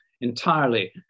entirely